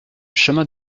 chemin